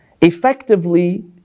effectively